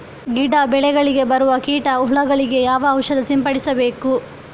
ಗಿಡ, ಬೆಳೆಗಳಿಗೆ ಬರುವ ಕೀಟ, ಹುಳಗಳಿಗೆ ಯಾವ ಔಷಧ ಸಿಂಪಡಿಸಬೇಕು?